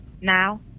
now